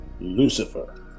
Lucifer